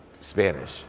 Spanish